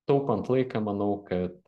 taupant laiką manau kad